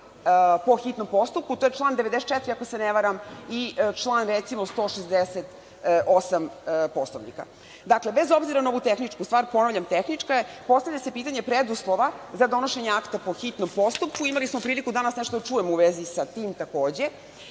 po hitnom postupku. To je član 94, ako se ne varam, i recimo član 168. Poslovnika. Dakle, bez obzira na ovu tehničku stvar, ponavljam, tehnička je, postavlja se pitanje preduslova za donošenje akta po hitnom postupku. Imali smo priliku danas nešto da čujemo u vezi sa tim, takođe.